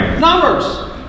numbers